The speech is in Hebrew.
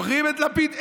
אתם זוכרים את לפיד?